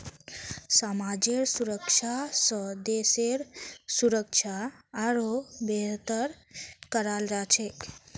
समाजेर सुरक्षा स देशेर सुरक्षा आरोह बेहतर कराल जा छेक